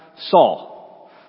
Saul